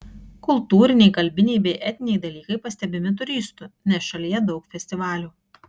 kultūriniai kalbiniai bei etniniai dalykai pastebimi turistų nes šalyje daug festivalių